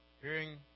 hearing